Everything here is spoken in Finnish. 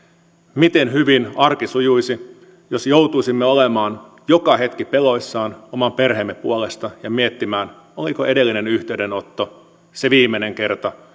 miten hyvin arki sujuisi jos joutuisimme olemaan joka hetki peloissamme oman perheemme puolesta ja miettimään oliko edellinen yhteydenotto se viimeinen kerta